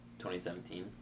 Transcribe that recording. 2017